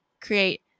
create